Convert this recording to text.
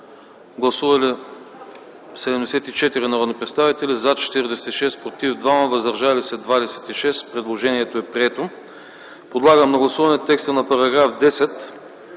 Гласували 75 народни представители: за 12, против 46, въздържали се 17. Предложението не е прието. Подлагам на гласуване текста на § 11,